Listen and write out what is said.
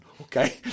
Okay